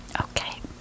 Okay